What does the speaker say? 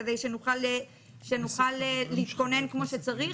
כדי שנוכל להתכונן כמו שצריך,